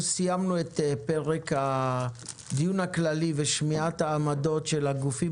אנחנו סיימנו את פרק הדיון הכללי ושמיעת העמדות של הגופים